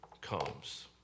comes